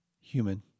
Human